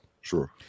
Sure